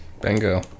Bingo